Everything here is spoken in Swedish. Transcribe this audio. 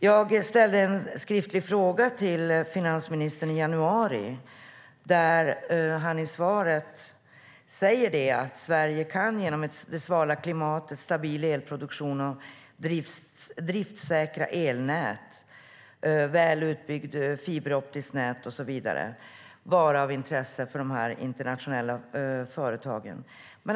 Jag ställde en skriftlig fråga till finansministern i januari, och han svarade att Sverige genom det svala klimatet, stabil elproduktion, driftssäkra elnät, ett väl utbyggt fiberoptiskt nät och så vidare kan vara av intresse för dessa internationella företag.